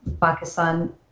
Pakistan